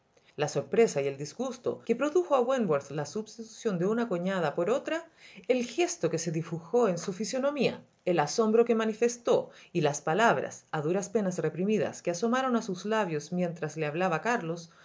la sorpresa y el disgusto que produjo a wentworth la substitución de una cuñada por otra el gesto que se dibujó en su fisonomía el asombro que manifestó y las palabras a duras penas reprimidas que asomaron a sus labios mientras le hablaba carlos